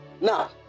Now